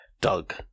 Doug